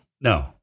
No